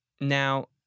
Now